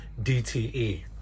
DTE